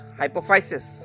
hypophysis